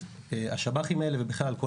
אנחנו מכירים רק את החוויה שלנו